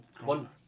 One